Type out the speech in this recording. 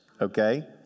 Okay